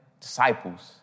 disciples